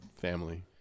family